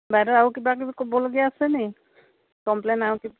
বাইদেউ আৰু কিবা কিবি ক'বলগীয়া আছেনি কমপ্লেইন আৰু কিবা